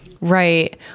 Right